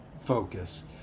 focus